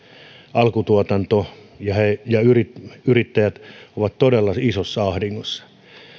alkutuotanto ja yrittäjät ovat todella isossa ahdingossa